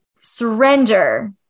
surrender